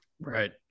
Right